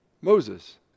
Moses